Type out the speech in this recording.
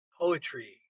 poetry